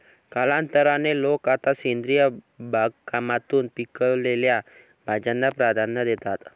कालांतराने, लोक आता सेंद्रिय बागकामातून पिकवलेल्या भाज्यांना प्राधान्य देतात